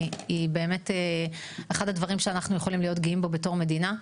היא באמת אחד הדברים שאנחנו יכולים להיות גאים בו בתור מדינה.